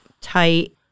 tight